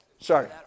Sorry